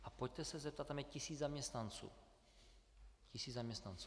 A pojďte se zeptat tam je tisíc zaměstnanců, tisíc zaměstnanců.